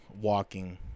walking